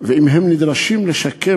במצב כלכלי קשה,